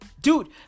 Dude